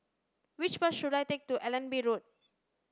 which bus should I take to Allenby Road